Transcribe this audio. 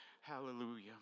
hallelujah